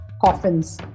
coffins